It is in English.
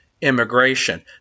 immigration